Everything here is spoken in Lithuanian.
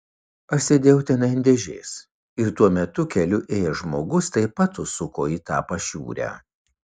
aš sėdėjau tenai ant dėžės ir tuo metu keliu ėjęs žmogus taip pat užsuko į tą pašiūrę